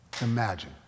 Imagine